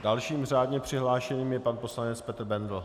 Dalším řádně přihlášeným je pan poslanec Petr Bendl.